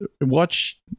watch